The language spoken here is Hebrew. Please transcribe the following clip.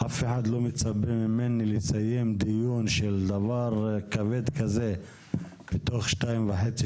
אף אחד לא מצפה ממני לסיים דיון של דבר כבד כזה בתוך שעתיים וחצי.